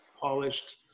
polished